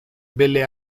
belle